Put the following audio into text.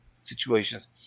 situations